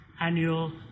annual